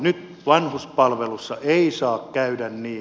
nyt vanhuspalveluissa ei saa käydä niin